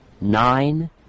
nine